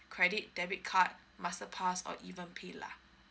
credit debit card master pass or even paylah